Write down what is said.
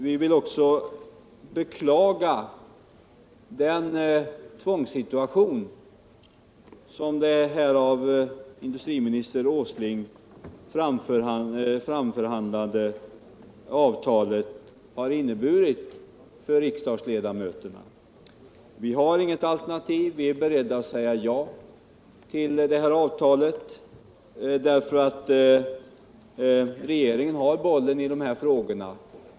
Vi vill också beklaga den tvångssituation som det av industriminister Åsling framförhandlade avtalet har inneburit för riksdagsledamöterna. Vi har inget alternativ. Vi är beredda att säga ja till avtalet därför att regeringen har bollen i de här frågorna.